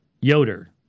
yoder